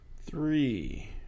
three